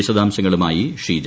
വിശദാംശങ്ങളുമായി ഷീജ